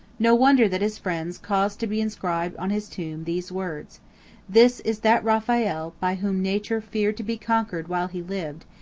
no wonder that his friends caused to be inscribed on his tomb these words this is that raphael by whom nature feared to be conquered while he lived,